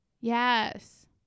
Yes